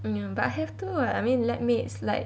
ya but have to what I mean lab mates like